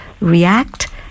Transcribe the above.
react